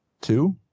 Two